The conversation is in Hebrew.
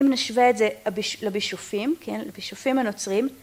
‫אם נשווה את זה לבישופים, ‫כן, לבישופים הנוצרים.